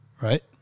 Right